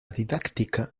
didáctica